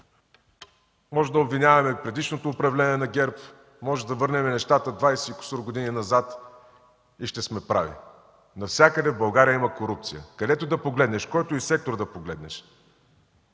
Можем да обвиняваме предишното управление на ГЕРБ, може да върнем нещата двадесет и кусур години назад и ще сме прави. Навсякъде в България има корупция – където и да погледнеш, в който и сектор да погледнеш.